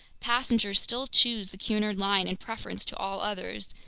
passengers still choose the cunard line in preference to all others,